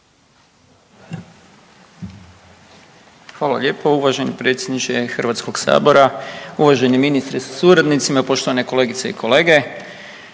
Hvala lijepo uvaženi predsjedniče HS, uvaženi ministre sa suradnicima, poštovane kolegice i kolege.